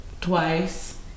twice